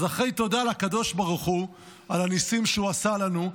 אז אחרי תודה לקדוש ברוך הוא על הניסים שהוא עשה לנו,